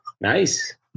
nice